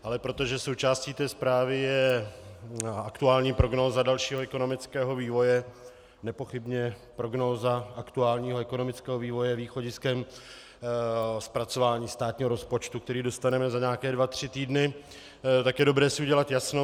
Ale protože součástí té zprávy je aktuální prognóza dalšího ekonomického vývoje, nepochybně prognóza aktuálního ekonomického vývoje je východiskem zpracování státního rozpočtu, který dostaneme za nějaké dva tři týdny, tak je dobré si udělat jasno.